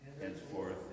Henceforth